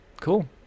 Cool